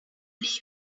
leave